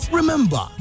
Remember